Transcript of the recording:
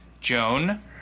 Joan